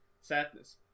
sadness